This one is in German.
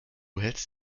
hältst